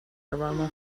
aroma